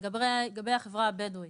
לגבי החברה הבדואית,